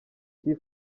tea